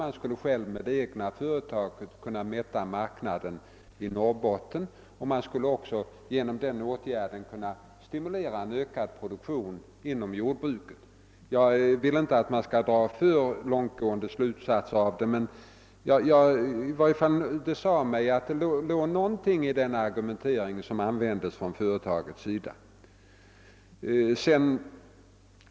Då skulle företaget kunna mätta marknaden i Norrbotten och därigenom också stimulera en ökad jordbruksproduktion där uppe. Jag vill inte att man drar för långtgående slutsatser av det, men det tycks mig ändå som om det låg något i företagets argumentering.